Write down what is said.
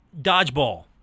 dodgeball